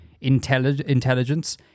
intelligence